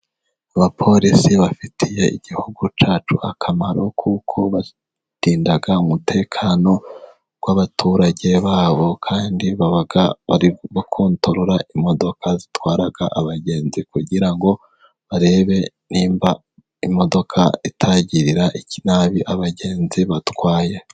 Abapolisi bafitiye igihugu cyacu akamaro, kuko barinda umutekano w'abaturage babo, kandi baba bari gukotorora imodoka zitwara abagenzi, kugira ngo barebe niba imodoka itagirira nabi abagenzi batwaye.